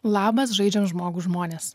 labas žaidžiam žmogų žmonės